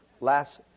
last